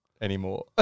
anymore